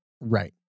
Right